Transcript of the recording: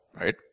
right